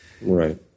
Right